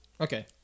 Okay